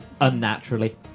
unnaturally